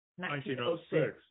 1906